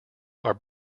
are